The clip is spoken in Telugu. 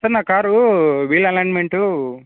సార్ నా కారు వీల్ అలైన్మెంటూ